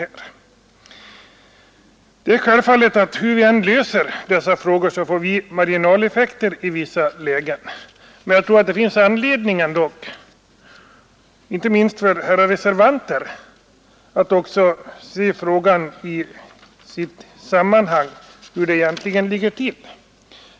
Hur man än löser dessa frågor uppstår självfallet marginaleffekter i vissa lägen, men jag tror att det finns anledning, inte minst för herrar reservanter, att se frågan i sitt sammanhang för att förstå hur det egentligen ligger till.